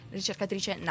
ricercatrice